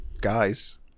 guys